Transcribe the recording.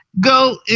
go